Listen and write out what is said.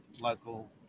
local